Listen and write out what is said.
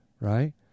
right